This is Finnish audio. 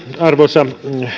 arvoisa